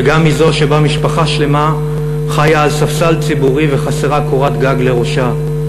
וגם מזו שבה משפחה שלמה חיה על ספסל ציבורי וחסרה קורת גג לראשה.